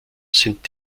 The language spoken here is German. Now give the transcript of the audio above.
sind